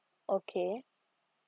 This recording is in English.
okay